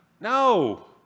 no